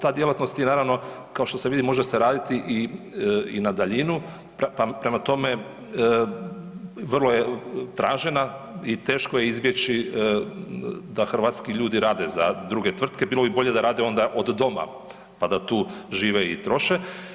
Ta djelatnost je naravno kao što se vidi može se raditi i, i na daljinu, pa prema tome vrlo je tražena i teško je izbjeći da hrvatski ljudi rade za druge tvrtke, bilo bi bolje da rade onda od doma, pa da tu žive i troše.